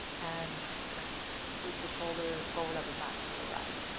and loop the shoulders forward, up, and back when you arrive.